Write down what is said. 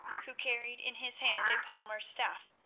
who carried in his hand a palmer's staff,